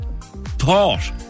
thought